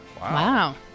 Wow